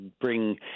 bring